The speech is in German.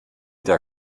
der